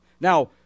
Now